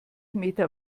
meter